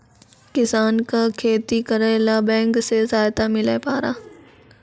किसान का खेती करेला बैंक से सहायता मिला पारा?